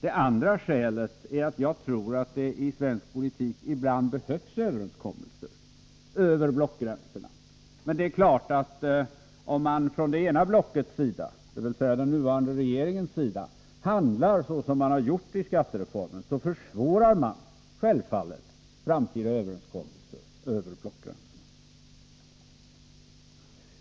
Det andra skälet är att jag tror att det i svensk politik ibland behövs överenskommelser över blockgränserna. Men om man från det ena blockets sida, dvs. från den nuvarande regeringens sida, handlar som man har gjort i fråga om skattereformen, försvårar man självfallet framtida överenskommelser över blockgränserna.